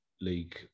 League